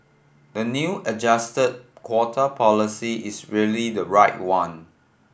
the new adjusted quota policy is really the right one